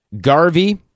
Garvey